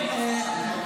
בוא תראה.